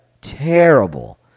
terrible